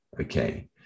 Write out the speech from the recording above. okay